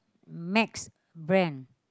Macs brand